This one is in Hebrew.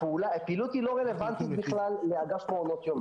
הפעילות לא רלוונטית בכלל לאגף מעונות יום.